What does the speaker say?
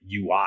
UI